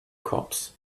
cops